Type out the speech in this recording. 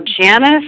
Janice